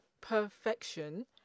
perfection